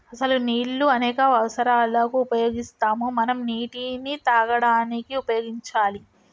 అసలు నీళ్ళు అనేక అవసరాలకు ఉపయోగిస్తాము మనం నీటిని తాగడానికి ఉపయోగించాలి